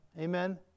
Amen